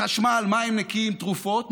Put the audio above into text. חשמל, מים נקיים, תרופות.